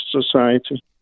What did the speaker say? society